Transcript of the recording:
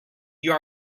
you